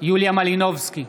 יוליה מלינובסקי,